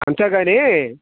అంతేగాని